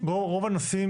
רוב הנושאים